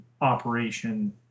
operation